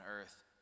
earth